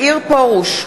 מאיר פרוש,